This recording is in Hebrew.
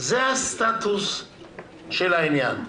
זה הסטטוס של העניין.